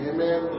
Amen